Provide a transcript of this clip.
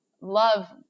love